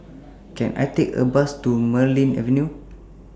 Can I Take A Bus to Marlene Avenue